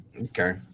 Okay